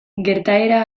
gertaera